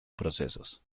procesos